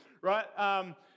right